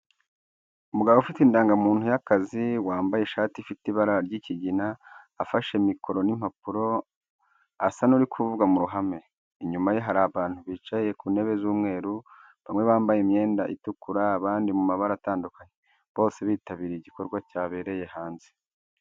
Umugabo ufite indangamuntu y'akazi, wambaye ishati ifite ibara ry’ikigina, afashe mikoro n’impapuro, asa n’uri kuvuga mu ruhame. Inyuma ye hari abantu bicaye ku ntebe z'umweru, bamwe bambaye imyenda itukura, abandi mu mabara atandukanye, bose bitabiriye igikorwa cyabereye hanze.